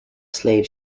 slave